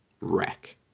wreck